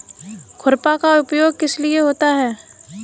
खुरपा का प्रयोग किस लिए होता है?